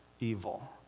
evil